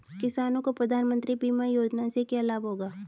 किसानों को प्रधानमंत्री बीमा योजना से क्या लाभ होगा?